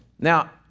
Now